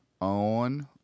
on